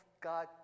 God